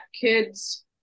kids